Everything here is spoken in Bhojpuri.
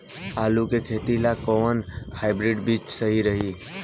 आलू के खेती ला कोवन हाइब्रिड बीज सही रही?